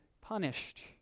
punished